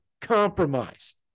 compromise